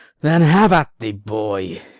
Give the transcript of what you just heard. then have at thee, boy!